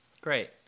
Great